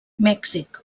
mèxic